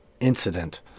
incident